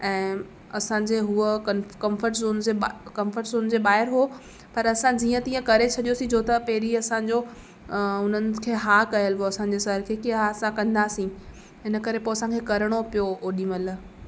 ऐं असांजे हूअ कं कम्फ़र्ट ज़ोन जे कम्फ़र्ट ज़ोन जे ॿाहिरि हो पर असां जीअं तीअं करे छॾियोसी जो त पहिरीं असांजो उन्हनि खे हा कयल हो असांजे सर खे की हा कंदासीं इन करे पोइ असांखे करिणो पियो ओॾीमहिल